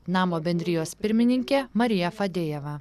namo bendrijos pirmininkė marija fadėjeva